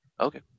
Okay